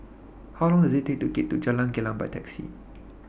How Long Does IT Take to get to Jalan Gelam By Taxi